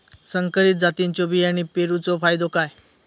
संकरित जातींच्यो बियाणी पेरूचो फायदो काय?